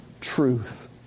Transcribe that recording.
truth